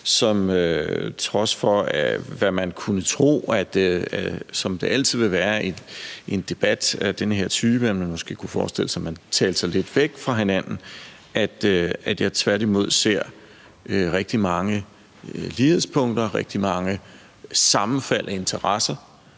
Til trods for hvad man kunne tro, og som det altid vil være i en debat af den her type, hvor man måske kunne forestille sig, at man talte sig lidt væk fra hinanden, så ser jeg tværtimod rigtig mange lighedspunkter, rigtig mange sammenfald af interesser.